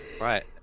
Right